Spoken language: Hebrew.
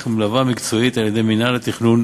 ומלווה מקצועית על-ידי מינהל התכנון,